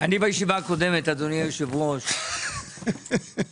אני בישיבה הקודמת, אדוני יושב הראש, אני